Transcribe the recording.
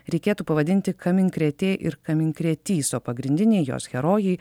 reikėtų pavadinti kaminkrėtė ir kaminkrėtys o pagrindiniai jos herojai